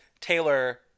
taylor